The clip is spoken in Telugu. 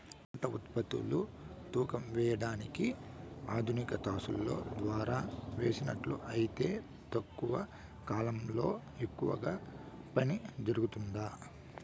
పంట ఉత్పత్తులు తూకం వేయడానికి ఆధునిక త్రాసులో ద్వారా వేసినట్లు అయితే తక్కువ కాలంలో ఎక్కువగా పని జరుగుతుందా?